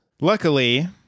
Luckily